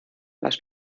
las